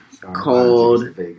called